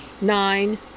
nine